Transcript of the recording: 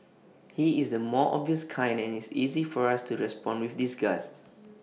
he is the more obvious kind and it's easy for us to respond with disgust